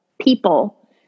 people